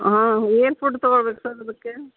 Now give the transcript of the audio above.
ಹಾಂ ಏನು ಫುಡ್ ತಗೋಬೇಕು ಸರ್ ಅದಕ್ಕೆ